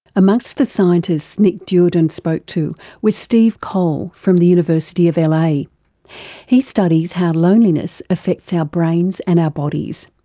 amongst the scientists nick duerden spoke to was steve cole from the university of la. like he studies how loneliness affects our brains and our bodies,